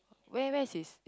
where where is his